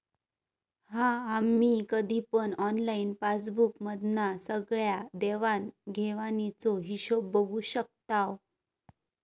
हा आम्ही कधी पण ऑनलाईन पासबुक मधना सगळ्या देवाण घेवाणीचो हिशोब बघू शकताव